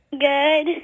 Good